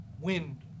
Wind